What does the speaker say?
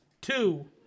Two